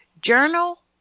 Journal